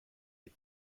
est